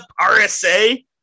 RSA